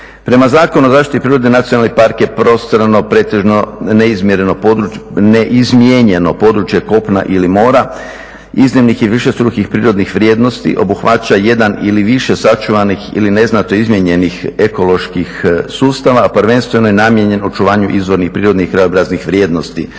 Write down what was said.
Prema Zakonu o zaštiti prirode nacionalni park je prostrano pretežno neizmijenjeno područje kopna ili mora iznimnih i višestrukih prirodnih vrijednosti. Obuhvaća jedan ili više sačuvanih ili neznatno izmijenjenih ekoloških sustava, a prvenstveno je namijenjen očuvanju izvornih prirodnih krajobraznih vrijednosti.